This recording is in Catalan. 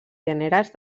gèneres